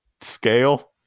scale